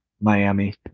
Miami